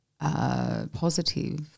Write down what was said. Positive